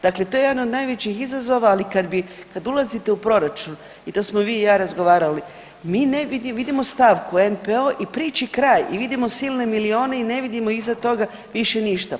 Dakle, to je jedan od najvećih izazova, ali kad bi, kad ulazite u proračun i to smo vi i ja razgovarali, mi vidimo stavku NPOO i priči je kraj i vidimo silne milijune i ne vidimo iza toga više ništa.